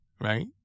right